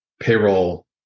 payroll